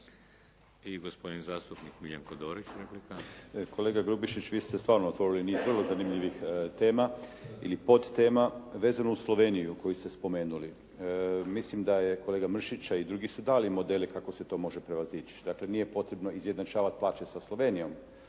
I gospodin zastupnik Miljenko Dorić, replika. **Dorić, Miljenko (HNS)** Kolega Grubišić, vi ste stvarno … /Govornik se ne razumije./ … niz vrlo zanimljivih tema ili podtema vezano uz Sloveniju koju ste spomenuli. Mislim da je kolega Mršić, a i drugi su dali modele kako se to može prevazići. Dakle, nije potrebno izjednačavati plaće sa Slovenijom.